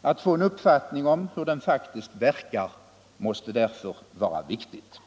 Att få en uppfattning om hur den faktiskt verkar måste därför vara viktigt.